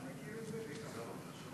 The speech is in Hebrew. ההסכם חתום בכפוף.